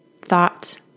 thought